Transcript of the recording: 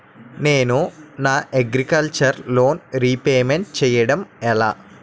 నేను నా agriculture loan repayment చేయడం ఎలా?